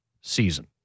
season